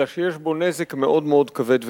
אלא שיש בו נזק מאוד-מאוד כבד וגדול.